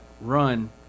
run